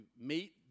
meet